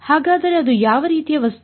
ಹಾಗಾದರೆ ಅದು ಯಾವ ರೀತಿಯ ವಸ್ತು